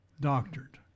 doctored